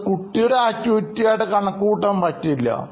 അത് കുട്ടിയുടെ ആക്ടിവിറ്റി ആയിട്ട് കണക്കുകൂട്ടാൻ പറ്റില്ല